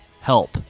Help